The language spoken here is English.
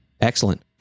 Excellent